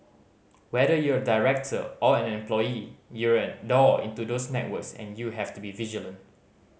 whether you're a director or an employee you're a door into those networks and you have to be vigilant